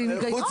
זה עם היגיון.